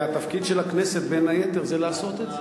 והתפקיד של הכנסת, בין היתר, זה לעשות את זה.